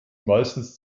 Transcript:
meistens